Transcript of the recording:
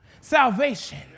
salvation